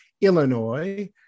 Illinois